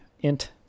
int